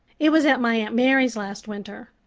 it was at my aunt mary's last winter.